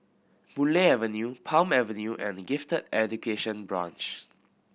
Boon Lay Avenue Palm Avenue and Gifted Education Branch